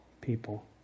people